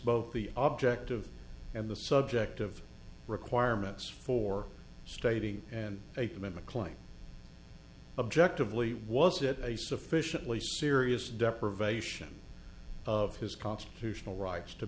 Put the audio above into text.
both the object of and the subject of requirements for stating and a commitment claim objectively was it a sufficiently serious deprivation of his constitutional rights to